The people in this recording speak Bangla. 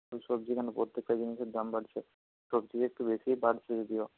শুধু সবজি কেন প্রত্যেকটা জিনিসের দাম বাড়ছে সবজির একটু বেশিই বাড়ছে যদিও